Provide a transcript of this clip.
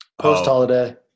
post-holiday